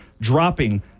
dropping